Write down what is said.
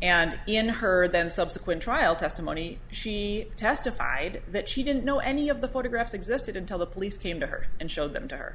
and in her then subsequent trial testimony she testified that she didn't know any of the photographs existed until the police came to her and showed them to her